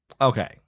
Okay